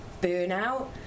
burnout